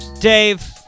Dave